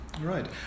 Right